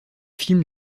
films